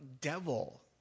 devil